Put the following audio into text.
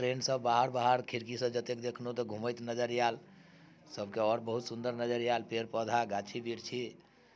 train से बाहर बाहर खिड़की से जत्तेक देखलहुँ तऽ घूमैत नजरि आएल सभकेँ आओर बहुत सुंदर नजरि आएल पेड़ पौधा गाछी वृक्षी